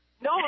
No